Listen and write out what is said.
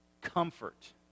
comfort